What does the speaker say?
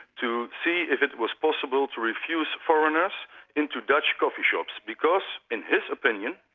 to see if it was possible to refuse foreigners into dutch coffee-shops, because, in his opinion,